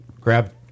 grab